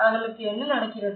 அவளுக்கு என்ன நடக்கிறது